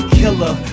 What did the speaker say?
killer